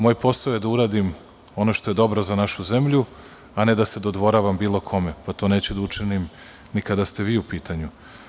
Moj posao je da uradim ono što je dobro za našu zemlju, a ne da se dodvoravam bilo kome, pa to neću ni da učinim ni kada ste vi u pitanju.